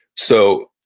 so,